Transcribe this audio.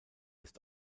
ist